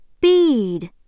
bead